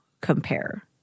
compare